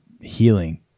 healing